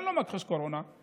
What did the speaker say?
אני לא מכחיש קורונה,